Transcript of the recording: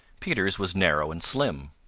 peter's was narrow and slim.